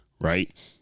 right